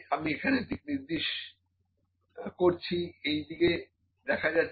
আমি এখানে দিকনির্দেশ করছি এই দিকে যাচ্ছে